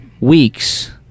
weeks